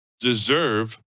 deserve